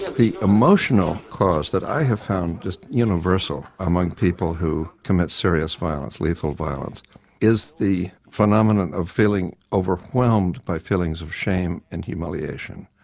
the emotional cause that i have found just universal among people who commit serious violence, lethal violence is the phenomenon of feeling overwhelmed by feelings of shame and humiliation.